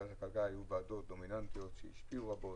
ועדת הכלכלה היו ועדות דומיננטיות שהשפיעו רבות,